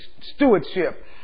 stewardship